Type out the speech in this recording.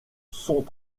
sont